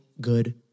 good